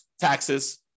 taxes